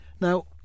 Now